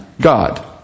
God